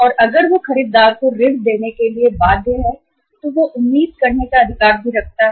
और अगर वह खरीदार को ऋण देने के लिए बाध्य है तो वह आपूर्तिकर्ता से क्रेडिट लेने की उम्मीद या अधिकार भी रखता है